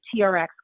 TRX